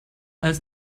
als